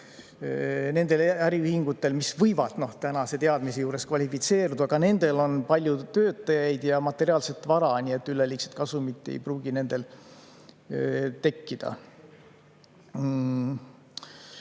nendel äriühingutel, mis võivad tänase teadmise juures kvalifitseeruda, on palju töötajaid ja palju materiaalset vara, nii et üleliigset kasumit ei pruugi nendel tekkida.